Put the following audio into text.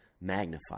magnify